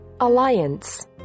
Alliance